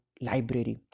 library